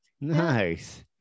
Nice